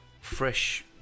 fresh